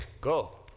go